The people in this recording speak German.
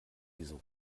diese